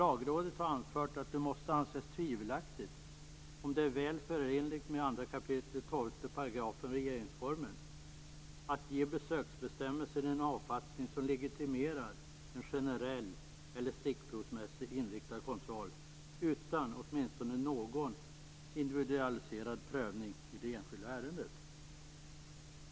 Lagrådet har anfört att det måste anses tvivelaktigt om det är väl förenligt med 2 kap. 12 § regeringsformen att ge besöksbestämmelsen en avfattning som legitimerar en generell eller stickprovsmässigt inriktad kontroll utan åtminstone någon individualiserad prövning i det enskilda ärendet.